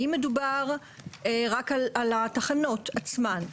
האם מדובר רק על התחנות עצמן?